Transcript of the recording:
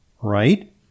right